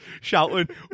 shouting